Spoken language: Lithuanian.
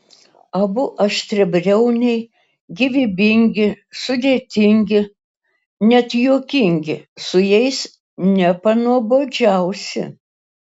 abu aštriabriauniai gyvybingi sudėtingi net juokingi su jais nepanuobodžiausi